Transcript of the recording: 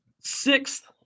Sixth –